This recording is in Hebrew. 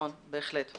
בהחלט.